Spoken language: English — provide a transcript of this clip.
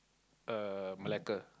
uh Malacca